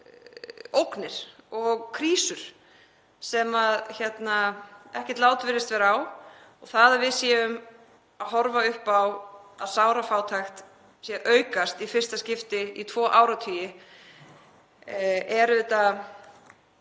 ógnir og krísur sem ekkert lát virðist vera á. Það að við séum að horfa upp á að sárafátækt sé aukast í fyrsta skipti í tvo áratugi er